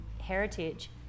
heritage